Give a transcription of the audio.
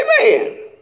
Amen